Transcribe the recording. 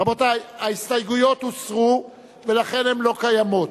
רבותי, ההסתייגויות הוסרו ולכן הן לא קיימות.